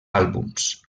àlbums